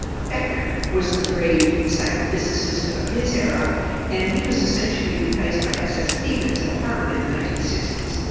fechner was the great psychophysicist of his era and he was essentially replaced by ss stevens at harvard in the nineteen sixty s,